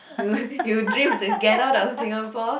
you you dream to get out of Singapore